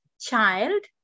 child